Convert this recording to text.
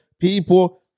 People